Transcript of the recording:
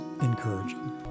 encouraging